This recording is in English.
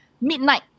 midnight